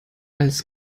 als